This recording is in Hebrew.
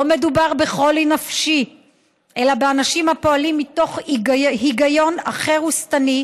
לא מדובר בחולי נפשי אלא באנשים הפועלים מתוך היגיון אחר ושטני,